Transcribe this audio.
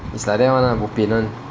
it's like that [one] lah bo pian [one]